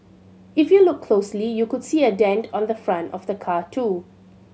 if you look closely you could see a dent on the front of the car too